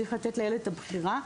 צריך לתת לילד את הבחירה,